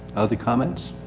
other comments?